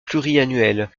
pluriannuelle